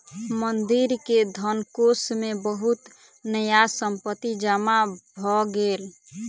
मंदिर के धनकोष मे बहुत न्यास संपत्ति जमा भ गेल